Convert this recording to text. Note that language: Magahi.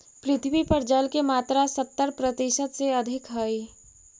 पृथ्वी पर जल के मात्रा सत्तर प्रतिशत से अधिक हई